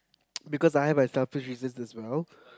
because I have my selfish reasons as well